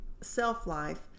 self-life